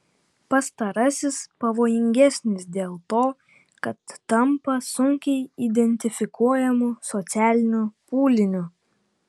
pastarasis pavojingesnis dėl to kad tampa sunkiai identifikuojamu socialiniu pūliniu